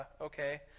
Okay